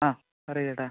ആ പറയൂ ചേട്ടാ